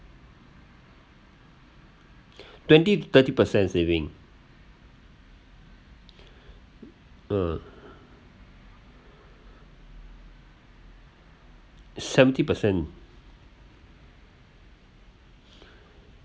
twenty thirty percent saving uh seventy percent